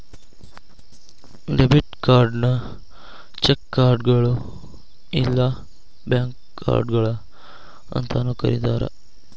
debit ಕಾರ್ಡ್ನ check ಕಾರ್ಡ್ಗಳು ಇಲ್ಲಾ ಬ್ಯಾಂಕ್ ಕಾರ್ಡ್ಗಳ ಅಂತಾನೂ ಕರಿತಾರ